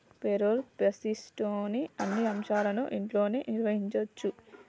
payroll ప్రాసెస్లోని అన్ని అంశాలను ఇంట్లోనే నిర్వహించచ్చు